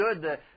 Good